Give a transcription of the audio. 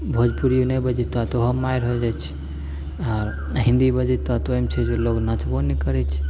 भोजपुरी नहि बजेतो तऽ ओहोमे मारि हो जाय छै आओर हिन्दी बजेतो तऽ ओहोमे लोग नचबो नहि करैत छै